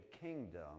kingdom